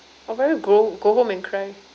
I'll probably grow go home and cry